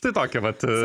tai tokia vat